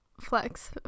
Flex